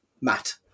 Matt